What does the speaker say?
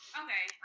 okay